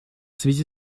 связи